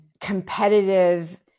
competitive